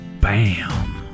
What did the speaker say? bam